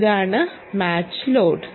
ഇതാണ് match load